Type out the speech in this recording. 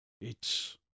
It's